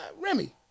Remy